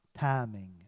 timing